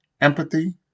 Empathy